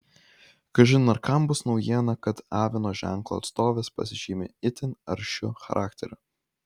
kažin ar kam bus naujiena kad avino ženklo atstovės pasižymi itin aršiu charakteriu